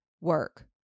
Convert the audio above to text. work